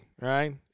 right